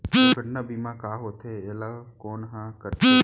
दुर्घटना बीमा का होथे, एला कोन ह करथे?